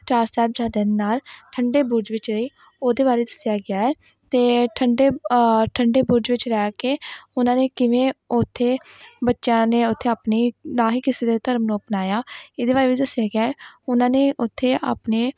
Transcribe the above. ਚਾਰ ਸਾਹਿਬਜ਼ਾਦਿਆਂ ਦੇ ਨਾਲ ਠੰਡੇ ਬੁਰਜ਼ ਵਿੱਚ ਰਹੇ ਉਹਦੇ ਬਾਰੇ ਦੱਸਿਆ ਗਿਆ ਹੈ ਅਤੇ ਠੰਡੇ ਠੰਡੇ ਬੁਰਜ਼ ਵਿੱਚ ਰਹਿ ਕੇ ਉਹਨਾਂ ਨੇ ਕਿਵੇਂ ਉੱਥੇ ਬੱਚਿਆਂ ਨੇ ਉੱਥੇ ਆਪਣੀ ਨਾ ਹੀ ਕਿਸੇ ਦੇ ਧਰਮ ਨੂੰ ਅਪਣਾਇਆ ਇਹਦੇ ਬਾਰੇ ਵੀ ਦੱਸਿਆ ਗਿਆ ਉਹਨਾਂ ਨੇ ਉੱਥੇ ਆਪਣੇ